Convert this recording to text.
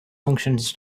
functions